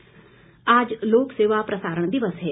प्रसारण दिवस आज लोकसेवा प्रसारण दिवस है